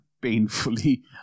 painfully